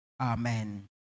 Amen